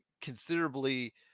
considerably